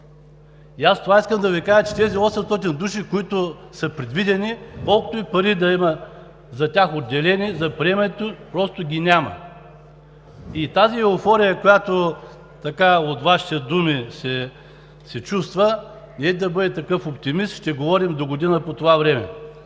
И аз това искам да Ви кажа, че тези 800 души, които са предвидени, колкото и пари да има за тях отделени, за приемането, просто ги няма. И тази еуфория, която от Вашите думи се чувства, недейте да бъдете такъв оптимист! Ще говорим догодина по това време,